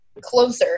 closer